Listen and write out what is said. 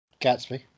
Gatsby